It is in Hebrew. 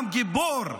עם גיבור,